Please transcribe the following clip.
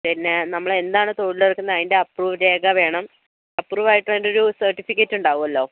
പിന്നെ നമ്മൾ എന്താണ് തൊഴിൽ എടുക്കുന്നത് അതിൻ്റെ അപ്രൂവ് രേഖ വേണം അപ്രൂവായിട്ടുള്ള അതിൻ്റെ ഒരു സർട്ടിഫിക്കറ്റ് ഉണ്ടാകുമല്ലോ